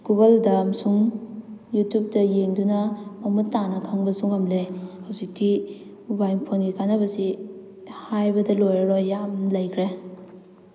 ꯒꯨꯒꯜꯗ ꯑꯃꯁꯨꯡ ꯌꯨꯇ꯭ꯌꯨꯞꯇ ꯌꯦꯡꯗꯨꯅ ꯃꯃꯨꯠ ꯇꯥꯅ ꯈꯪꯕꯁꯨ ꯉꯝꯃꯦ ꯍꯧꯖꯤꯛꯇꯤ ꯃꯣꯕꯥꯏꯜ ꯐꯣꯟꯒꯤ ꯀꯥꯟꯅꯕꯁꯤ ꯍꯥꯏꯕꯗ ꯂꯣꯏꯔꯔꯣꯏ ꯌꯥꯝꯟ ꯂꯩꯈ꯭ꯔꯦ